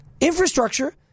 Infrastructure